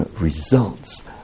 results